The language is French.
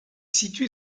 situé